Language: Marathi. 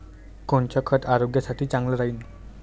कोनचं खत आरोग्यासाठी चांगलं राहीन?